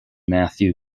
matthew